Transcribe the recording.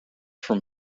from